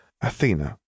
Athena